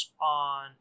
on